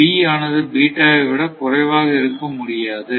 B ஆனது வை விட குறைவாக இருக்க முடியாது